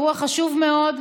אירוע חשוב מאוד,